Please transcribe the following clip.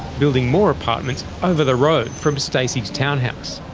building more apartments over the road from stacey's townhouse.